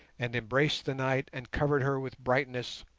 and embraced the night and covered her with brightness,